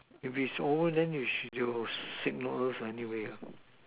if it shows then you should you signal left anyway